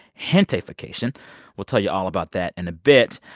gentefication. we'll tell you all about that in a bit.